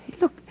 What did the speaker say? Look